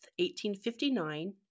1859